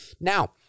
Now